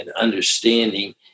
understanding